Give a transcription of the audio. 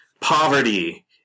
poverty